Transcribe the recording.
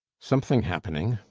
something happening